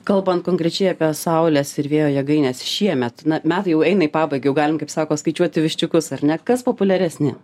kalbant konkrečiai apie saulės ir vėjo jėgaines šiemet metai jau eina į pabaigą jau galim kaip sako skaičiuoti viščiukus ar net kas populiaresni